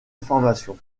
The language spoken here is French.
information